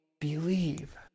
believe